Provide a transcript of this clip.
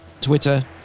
Twitter